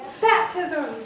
Baptism